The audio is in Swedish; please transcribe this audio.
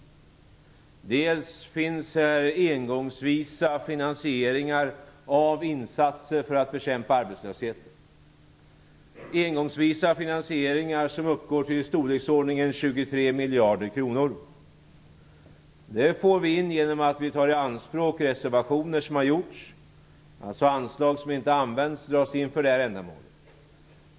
Bl.a. finns här engångsvisa finansieringar av insatser för att bekämpa arbetslösheten som uppgår till i storleksordningen 23 miljarder kronor. Det får vi in genom att vi tar i anspråk reservationer som har gjorts. Det är alltså anslag som inte har använts som dras in för detta ändamål.